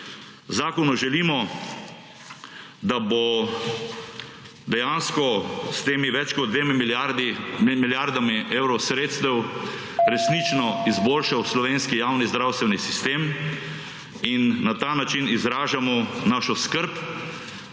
Zakonu želimo, da bo dejansko s tema več kot dvema milijardama evrov sredstev resnično izboljšal slovenski javni zdravstveni sistem in na ta način izražamo našo skrb